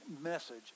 message